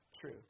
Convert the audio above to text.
true